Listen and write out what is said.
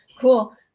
cool